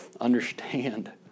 understand